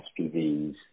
SPVs